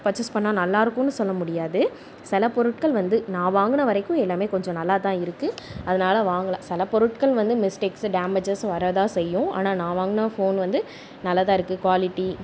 purchase பண்ணிணா நல்லாயிருக்கும்னு சொல்ல முடியாது சில பொருட்கள் வந்து நான் வாங்கின வரைக்கும் வந்து எல்லாமே கொஞ்சம் நல்லா தான் இருக்குது அதனால் வாங்கலாம் சில பொருட்கள் வந்து மிஸ்டேக்ஸ் டேமேஜஸ் வரதான் செய்யும் ஆனால் நான் வாங்கின ஃபோன் வந்து நல்லாதாயிருக்கு க்வாலிட்டி